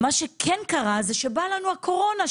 מה שכן קרה זה שבאה לנו הקורונה,